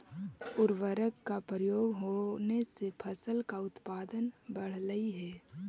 उर्वरकों का प्रयोग होने से फसल का उत्पादन बढ़लई हे